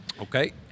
Okay